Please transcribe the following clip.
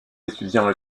étudiants